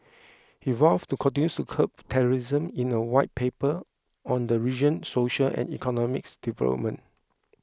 he vowed to continue to curb terrorism in a White Paper on the region's social and economic development